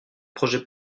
projet